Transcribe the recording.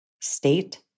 state